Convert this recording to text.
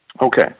Okay